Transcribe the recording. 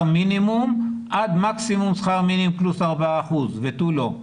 מינימום עד מקסימום שכר מינימום פלוס ארבעה אחוזים ותו לא.